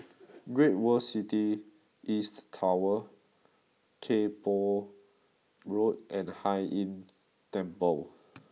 Great World City East Tower Kay Poh Road and Hai Inn Temple